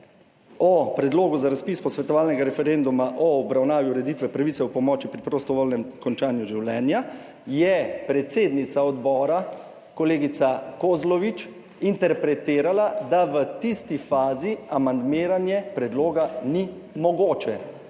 o Predlogu za razpis posvetovalnega referenduma o obravnavi ureditve pravice, o pomoči pri prostovoljnem končanju življenja je predsednica odbora, kolegica Kozlovič, interpretirala, da v tisti fazi amandmiranje predloga ni mogoče,